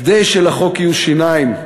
כדי שלחוק יהיו שיניים,